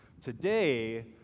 Today